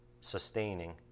sustaining